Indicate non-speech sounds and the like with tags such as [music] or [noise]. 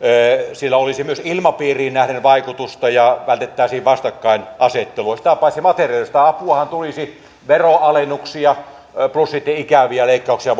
sillä olisi myös ilmapiiriin nähden vaikutusta ja vältettäisiin vastakkainasettelua sitä paitsi materiaalista apuahan tulisi veronalennuksia plus sitten ikäviä leikkauksia [unintelligible]